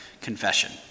confession